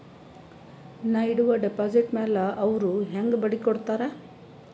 ನಾ ಇಡುವ ಡೆಪಾಜಿಟ್ ಮ್ಯಾಲ ಅವ್ರು ಹೆಂಗ ಬಡ್ಡಿ ಕೊಡುತ್ತಾರ?